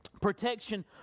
protection